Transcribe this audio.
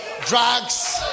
drugs